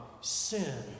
sin